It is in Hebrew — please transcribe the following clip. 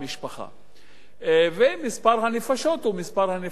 ומספר הנפשות באותה משפחה.